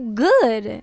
good